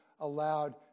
allowed